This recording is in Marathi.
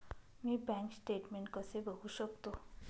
मी बँक स्टेटमेन्ट कसे बघू शकतो?